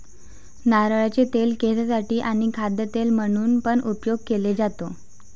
नारळाचे तेल केसांसाठी आणी खाद्य तेल म्हणून पण उपयोग केले जातो